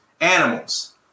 animals